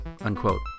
Unquote